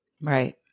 Right